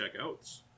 checkouts